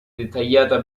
dettagliata